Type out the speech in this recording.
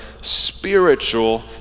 spiritual